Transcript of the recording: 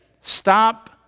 stop